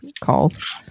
calls